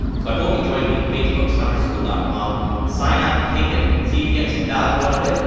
so i hope you join me facebooksummerschool dot com sign up, take it, see if you get some value out of it,